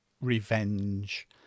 revenge